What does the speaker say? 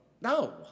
no